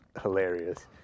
hilarious